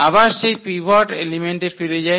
আবার সেই পিভট এলিমেন্টে ফিরে যাই